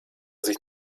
sich